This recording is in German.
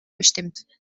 bestimmt